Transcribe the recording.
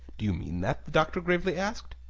do you mean that? the doctor gravely asked.